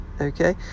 Okay